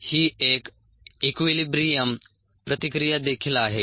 ही एक इक्वीलीब्रियम प्रतिक्रियादेखील आहे